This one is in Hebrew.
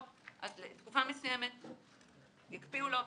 אז בתקופה מסוימת יקפיאו לו,